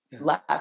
last